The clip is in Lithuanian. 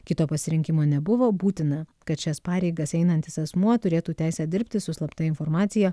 kito pasirinkimo nebuvo būtina kad šias pareigas einantis asmuo turėtų teisę dirbti su slapta informacija